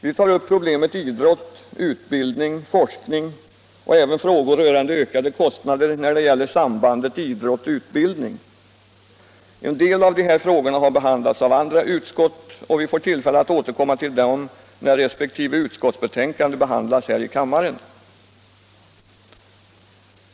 Vi tar också upp problemet idrott-utbildning-forskning samt frågor rörande ökade kostnader när det gäller sambandet idrottutbildning. En del av de här frågorna har behandlats av andra utskott, och vi får tillfälle att återkomma till dem när resp. utskotts betänkande behandlas här i kammaren.